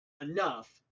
enough